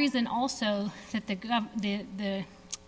reason also that the